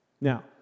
Now